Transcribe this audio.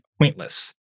pointless